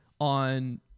on